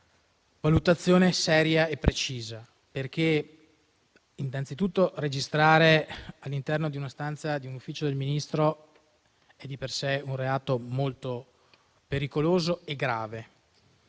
valutazione seria e precisa. Innanzitutto, registrare all'interno di un ufficio del Ministro è di per sé un reato molto pericoloso e grave.